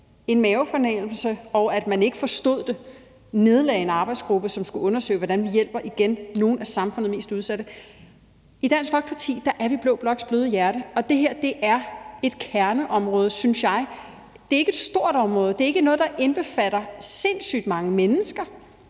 og argumentet, at man ikke forstod det, nedlagde en arbejdsgruppe, som skulle undersøge, hvordan vi hjælper nogle af samfundets mest udsatte. I Dansk Folkeparti er vi blå bloks bløde hjerte, og det her er et kerneområde, synes jeg. Det er ikke et stort område. Det er ikke noget, der indbefatter sindssygt mange mennesker,